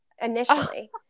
initially